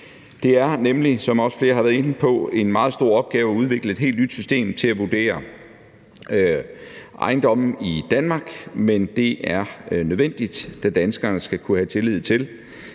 Det er nemlig, som også flere har været inde på, en meget stor opgave at udvikle et helt nyt system til at vurdere ejendomme i Danmark, men det er nødvendigt, da danskerne skal kunne have tillid til,